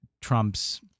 Trump's